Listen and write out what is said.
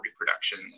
reproduction